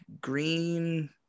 green